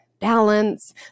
balance